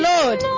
Lord